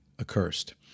accursed